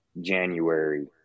January